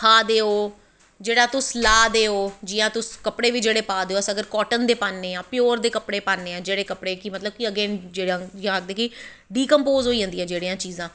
खा दे हो जेह्ड़ा तुस ला दे हो जियां तुस कपड़े अगर पा दे हो अस जियां काटन दे पान्नें आं प्योर दे कपड़े पान्नें आं जेह्ड़े कपड़े गी अग्गैं जादा कि डिकंपोज़ होई जंदियां जेह्ड़ियां चीज़ां